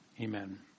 Amen